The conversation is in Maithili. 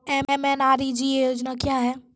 एम.एन.आर.ई.जी.ए योजना क्या हैं?